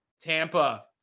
Tampa